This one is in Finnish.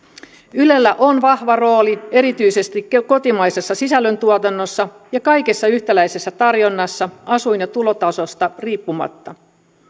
ylellä on vahva rooli erityisesti kotimaisessa sisällöntuotannossa ja kaikessa yhtäläisessä tarjonnassa asuin ja tulotasosta riippumatta